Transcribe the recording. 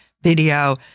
video